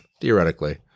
Theoretically